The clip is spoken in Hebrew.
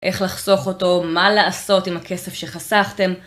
איך לחסוך אותו, מה לעשות עם הכסף שחסכתם.